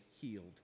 healed